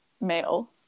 male